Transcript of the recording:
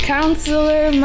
Counselor